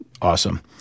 Awesome